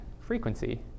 frequency